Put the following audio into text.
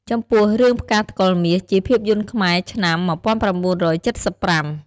ចំពោះ រឿងផ្កាថ្កុលមាស ជាភាពយន្តខ្មែរឆ្នាំ១៩៧៥។